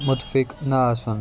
مُتفِق نہَ آسُن